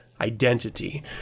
identity